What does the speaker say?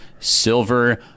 silver